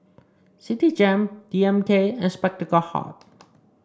Citigem D M K and Spectacle Hut